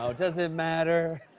um does it matter?